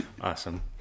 Awesome